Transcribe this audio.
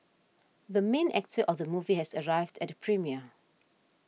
the main actor of the movie has arrived at the premiere